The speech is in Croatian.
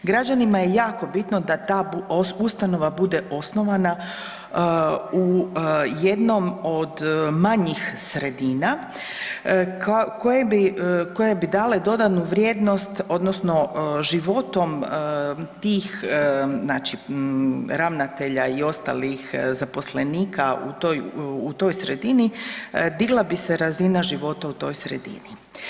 Građanima je jako bitno da ta ustanova bude osnovana u jednom od manjih sredina koje bi dale dodanu vrijednost odnosno životom tih ravnatelja i ostalih zaposlenika u toj sredini digla bi se razina života u toj sredini.